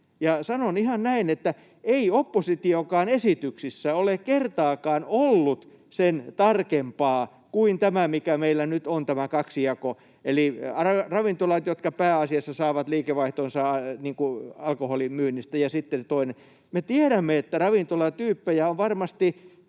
sanon ihan näin, että ei oppositionkaan esityksissä ole kertaakaan ollut sen tarkempaa kuin tämä, mikä meillä nyt on, tämä kaksijako: ravintolat, jotka saavat liikevaihtonsa pääasiassa alkoholimyynnistä, ja sitten ne toiset. Me tiedämme, että ravintolatyyppejä on varmasti